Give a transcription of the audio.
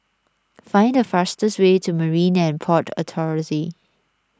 find the fastest way to Marine and Port Authority